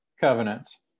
covenants